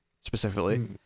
specifically